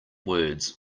words